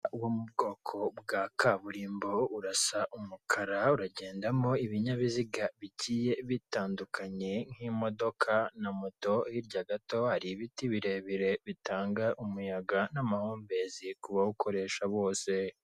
Uwo mu bwoko bwa kaburimbo aho urasa umukara uragendamo ibinyabiziga bigiye bitandukanye nk'imodoka na moto hirya gato hari ibiti birebire bitanga umuyaga n'amahumbezi ku bawukoresha bose.